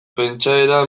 pentsaera